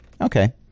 Okay